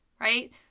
right